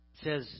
Says